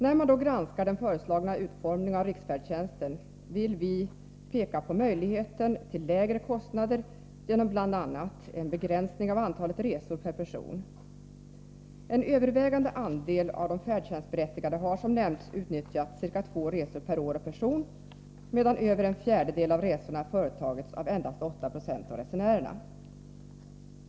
Vid en granskning av den föreslagna utformningen av riksfärdtjänsten vill vi bl.a. peka på möjligheten att nedbringa kostnaderna genom en begränsning av antalet resor per person. En övervägande andel av de färdtjänstberättigade har, som nämnts, utnyttjat ca två resor per år och person, medan över en fjärdedel av resorna har företagits av endast 8 90 av resenärerna.